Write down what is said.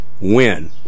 win